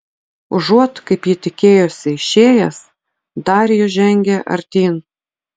užuot kaip ji tikėjosi išėjęs darijus žengė artyn